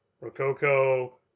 Rococo